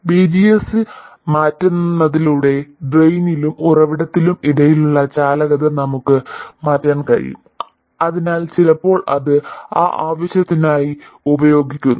VGS മാറ്റുന്നതിലൂടെ ഡ്രെയിനിനും ഉറവിടത്തിനും ഇടയിലുള്ള ചാലകത നമുക്ക് മാറ്റാൻ കഴിയും അതിനാൽ ചിലപ്പോൾ അത് ആ ആവശ്യത്തിനായി ഉപയോഗിക്കുന്നു